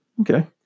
Okay